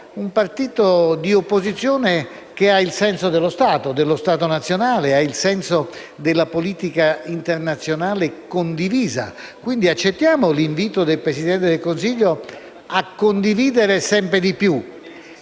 un partito d'opposizione che ha il senso dello Stato nazionale e della politica internazionale condivisa e, quindi, accettiamo l'invito del Presidente del Consiglio a condividere sempre di più;